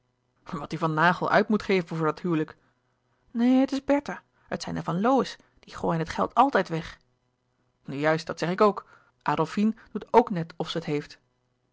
wat die van naghel uit moet geven voor dat huwelijk neen het is bertha het zijn de van lowe's die gooien het geld altijd weg nu juist dat zeg ik ook adolfine doet ook net of ze het heeft